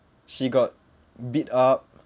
she got beat up